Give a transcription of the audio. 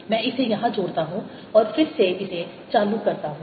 मैं इसे यहां जोड़ता हूं और फिर से इसे चालू करता हूं